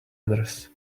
others